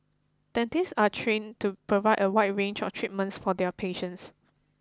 dentists are trained to provide a wide range of treatments for their patients